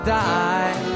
die